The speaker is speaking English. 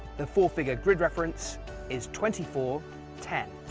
the four-finger grid reference is twenty four ten.